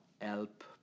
help